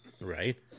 Right